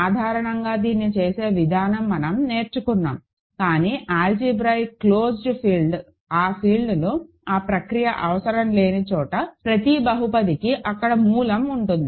సాధారణంగా దీన్ని చేసే విధానం మనం నేర్చుకున్నాము కానీ ఆల్జీబ్రాయిక్ క్లోజ్డ్ ఫీల్డ్ ఆ ఫీల్డ్లు ఆ ప్రక్రియ అవసరం లేని చోట ప్రతి బహుపదికి అక్కడ మూలం ఉంటుంది